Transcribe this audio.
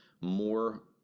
more